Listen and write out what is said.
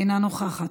אינה נוכחת,